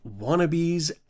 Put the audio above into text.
wannabes